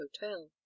hotel